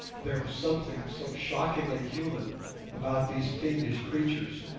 there was something so shockingly human about these fiendish creatures